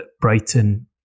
Brighton